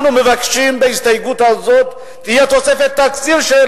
אנחנו מבקשים בהסתייגות הזאת שתהיה תוספת תקציב של